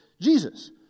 Jesus